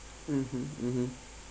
mmhmm mmhmm